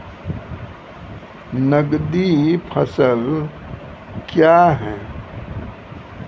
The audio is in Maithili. नगदी फसल क्या हैं?